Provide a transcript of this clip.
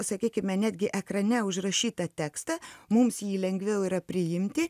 sakykime netgi ekrane užrašytą tekstą mums jį lengviau yra priimti